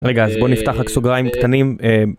רגע אז בואו נפתח רק סוגריים קטנים